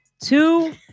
Two